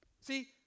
See